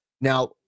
Now